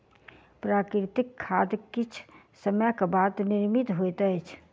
प्राकृतिक खाद किछ समय के बाद निर्मित होइत अछि